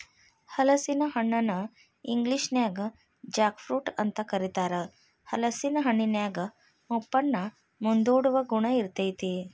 ಹಲಸಿನ ಹಣ್ಣನ ಇಂಗ್ಲೇಷನ್ಯಾಗ ಜಾಕ್ ಫ್ರೂಟ್ ಅಂತ ಕರೇತಾರ, ಹಲೇಸಿನ ಹಣ್ಣಿನ್ಯಾಗ ಮುಪ್ಪನ್ನ ಮುಂದೂಡುವ ಗುಣ ಇರ್ತೇತಿ